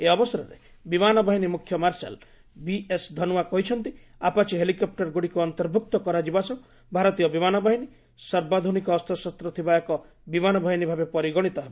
ଏହି ଅବସରରେ ବିମାନବାହିନୀ ମୁଖ୍ୟ ମାର୍ଶଲ ବିଏସ୍ ଧନୱା କହିଛନ୍ତି ଆପାଚି ହେଲିକପ୍ଟର ଗୁଡ଼ିକୁ ଅନ୍ତର୍ଭୁକ୍ତ କରାଯିବା ସହ ଭାରତୀୟ ବିମାନବାହିନୀ ସର୍ବାଧୁନିକ ଅସ୍ତ୍ରଶସ୍ତ ଥିବା ଏକ ବିମାନବାହିନୀ ଭାବେ ପରିଗଣିତ ହେବ